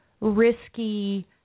risky